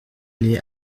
aller